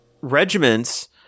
regiments